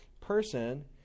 person